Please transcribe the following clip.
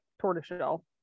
tortoiseshell